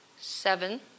seven